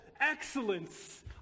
excellence